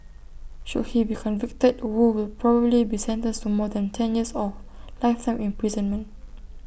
should he be convicted wu will probably be sentenced to more than ten years or lifetime imprisonment